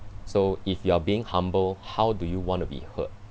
so if you are being humble how do you want to be heard